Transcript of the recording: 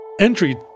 Entry